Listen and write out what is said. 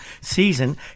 season